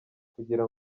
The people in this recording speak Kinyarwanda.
kugira